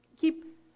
keep